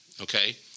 okay